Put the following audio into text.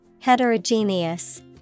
Heterogeneous